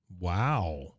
Wow